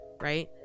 right